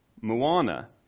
Moana